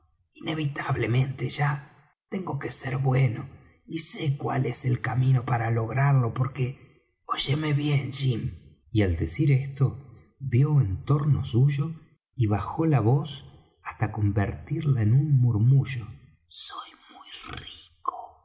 inevitablemente ya tengo que ser bueno y sé cuál es el camino para lograrlo porque óyeme bien jim y al decir esto vió en torno suyo y bajó la voz hasta convertirla en un murmullo soy muy rico